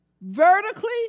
vertically